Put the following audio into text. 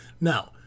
now